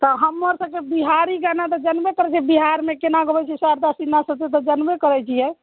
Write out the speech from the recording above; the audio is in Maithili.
तऽ हमर सभकेँ बिहारी गाना तऽ जनबे करैत छियै बिहारमे केना गबैत छै शारदा सिन्हा सभकेँ तऽ जनबे करैत छियै